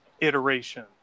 iteration